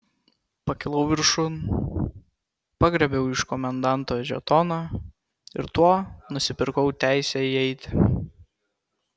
pakilau viršun pagriebiau iš komendanto žetoną ir tuo nusipirkau teisę įeiti